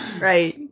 Right